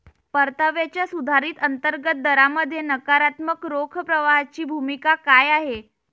परताव्याच्या सुधारित अंतर्गत दरामध्ये नकारात्मक रोख प्रवाहाची भूमिका काय आहे?